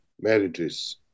marriages